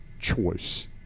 choice